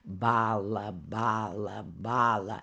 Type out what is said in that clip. bąla bąla bąla